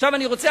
עכשיו אני רוצה,